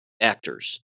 actors